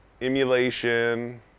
emulation